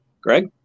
Greg